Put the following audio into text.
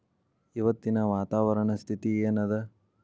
ಇವತ್ತಿನ ವಾತಾವರಣ ಸ್ಥಿತಿ ಏನ್ ಅದ?